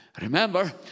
remember